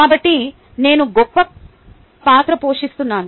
కాబట్టి నేను గొప్ప పాత్ర పోషిస్తున్నాను